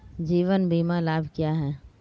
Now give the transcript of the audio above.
जीवन बीमा लाभ क्या हैं?